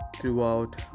throughout